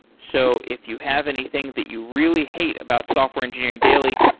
so if you have anything that you really hate about software engineering daily,